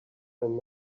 than